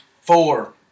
four